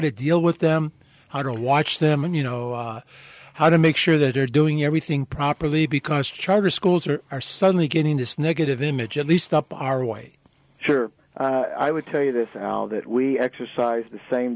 to deal with them how to watch them and you know how to make sure that they're doing everything properly because charter schools are are suddenly getting this negative image at least up our way sure i would tell you this now that we exercise the same